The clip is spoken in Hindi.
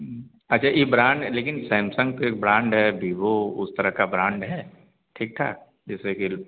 अच्छा यह ब्रांड लेकिन सैमसंग तो एक ब्रांड है बिवो उस तरह का ब्रांड है ठीक ठाक जैसे कि